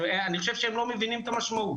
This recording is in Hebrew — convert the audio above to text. אני חושב שהם לא מבינים את המשמעות.